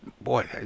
boy